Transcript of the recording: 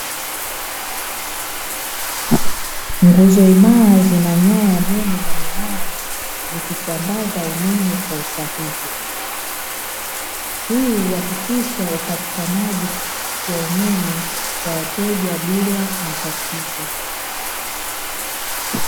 Nguzo imara zina nyaya nene na minara zikisambaza umeme kwa usahihi, hii huhakikisha upatikanaji wa umeme kwa wateja bila matatizo.